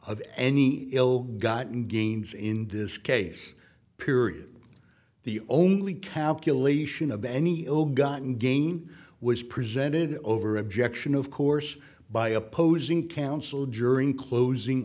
of any ill gotten gains in this case period the only calculation of any ill gotten gain was presented over objection of course by opposing counsel during closing